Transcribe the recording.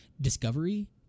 Discovery